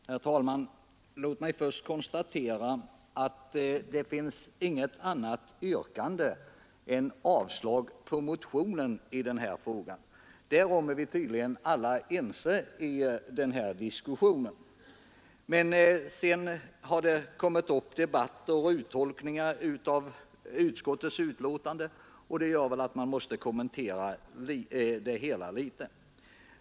Herr talman! Låt mig först konstatera att det inte finns något annat yrkande än om avslag på motionen i den här frågan. Därvidlag är vi tydligen alla ense i diskussionen. Men sedan har det gjorts olika uttolkningar av utskottets betänkande, och jag måste därför kommentera det hela litet.